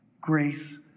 Grace